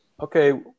okay